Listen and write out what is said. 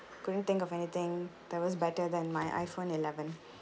couldn't think of anything that was better than my iphone eleven